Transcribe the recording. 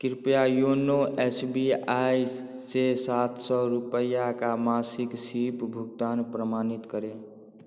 कृपया YONO S B I से सात सौ रुपया का मासिक सीप भुगतान प्रमाणित करें